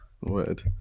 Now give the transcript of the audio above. word